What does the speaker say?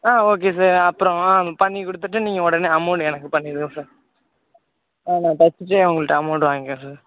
ஆ okay sir அப்புறம் பண்ணி கொடுத்துட்டு நீங்கள் உடனே அமௌண்டு எனக்கு பண்ணிவிடுங்க சார் ஆ நான் தைச்சிட்டே உங்கள்கிட்ட அமௌண்டை வாங்கிக்கிறேன் சார்